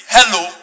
Hello